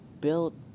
build